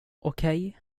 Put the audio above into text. okej